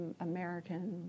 American